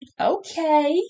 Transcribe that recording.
okay